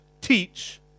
teach